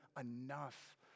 enough